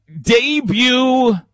debut